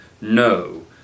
no